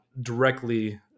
directly